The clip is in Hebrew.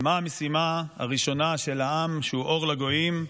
ומה המשימה הראשונה של העם שהוא אור לגויים?